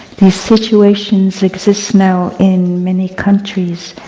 these situations exist now in many countries,